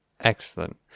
excellent